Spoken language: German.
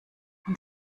und